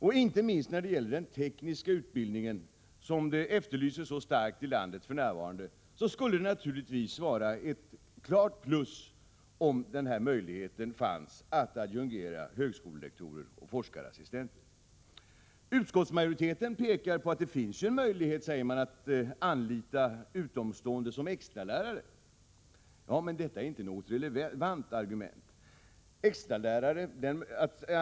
Inte minst när det gäller den tekniska utbildningen, som är synnerligen efterfrågad i vårt land för närvarande, skulle det naturligtvis vara ett klart plus om det fanns möjlighet att adjungera högskolelektorer och forskarassistenter. Utskottsmajoriteten pekar på att det finns möjlighet att anlita utomstående som extralärare. Men detta är inte något relevant argument.